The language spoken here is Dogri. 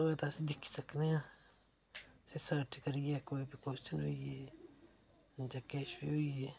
होऐ ता अस दिक्खी सकने हा सर्च करिये कोई बी कोशन होई गे जां किश बी होई गे